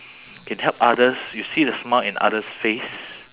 can help others you see the smile in others' face